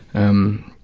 um.